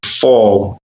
fall